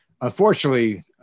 unfortunately